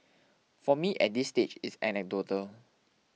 for me at this stage it's anecdotal